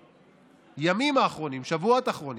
בימים האחרונים, בשבועות האחרונים,